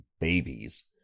babies